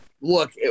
Look